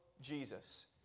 Jesus